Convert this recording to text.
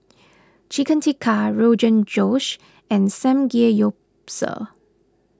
Chicken Tikka Rogan Josh and Samgeyopsal